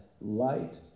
light